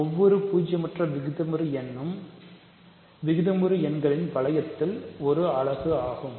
எனவே ஒவ்வொரு பூஜ்ஜியமற்ற விகிதமுறு எண்ணும் விகிதமுறு எண்களின் வளையத்தில் ஒரு அலகு ஆகும்